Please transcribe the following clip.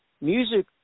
music